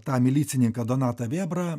tą milicininką donatą vėbrą